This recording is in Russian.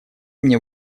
мне